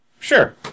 Sure